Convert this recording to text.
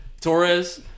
Torres